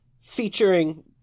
Featuring